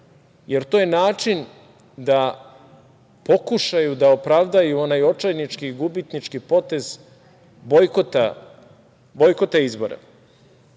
jer to je način da pokušaju da opravdaju onaj očajnički i gubitnički potez bojkota izbora,